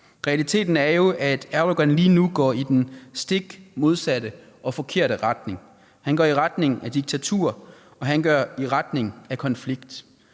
Realiteten er jo, at Erdogan lige nu går i den stik modsatte og forkerte retning. Han går i retning af diktatur, og han går i retning af konflikt,